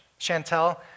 Chantel